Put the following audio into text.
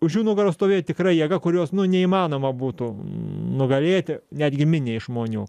už jų nugaros stovėjo tikra jėga kurios neįmanoma būtų nugalėti netgi miniai žmonių